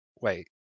Wait